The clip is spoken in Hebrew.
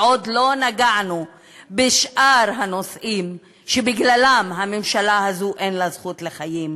ועוד לא נגענו בשאר הנושאים שבגללם הממשלה הזו אין לה זכות לחיים.